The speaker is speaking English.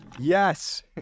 Yes